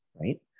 right